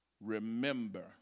remember